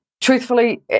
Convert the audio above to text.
truthfully